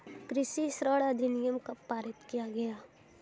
कृषि ऋण अधिनियम कब पारित किया गया?